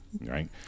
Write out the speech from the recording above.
right